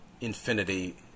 infinity